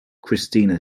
cristina